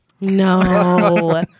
No